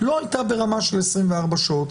לא הייתה ברמה של 24 שעות.